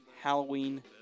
Halloween